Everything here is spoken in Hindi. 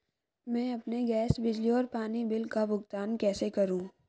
मैं अपने गैस, बिजली और पानी बिल का भुगतान कैसे करूँ?